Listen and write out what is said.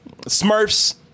Smurfs